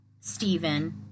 Stephen